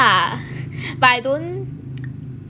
but I don't